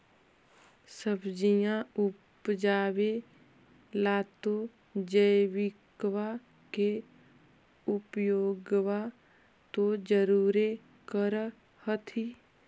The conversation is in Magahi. सब्जिया उपजाबे ला तो जैबिकबा के उपयोग्बा तो जरुरे कर होथिं?